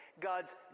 God's